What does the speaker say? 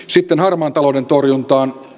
sitten harmaan talouden torjuntaan